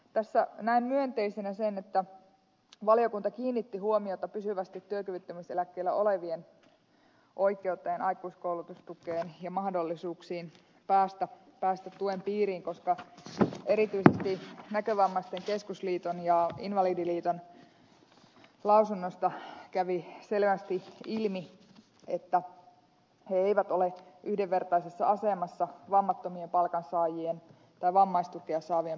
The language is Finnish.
tässä näen myönteisenä sen että valiokunta kiinnitti huomiota pysyvästi työkyvyttömyyseläkkeellä olevien oikeuteen aikuiskoulutustukeen ja mahdollisuuksiin päästä tuen piiriin koska erityisesti näkövammaisten keskusliiton ja invalidiliiton lausunnoista kävi selvästi ilmi että nämä eivät ole yhdenvertaisessa asemassa vammattomien palkansaajien tai vammaistukea saavien palkansaajien kanssa